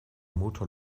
motor